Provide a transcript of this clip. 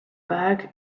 bag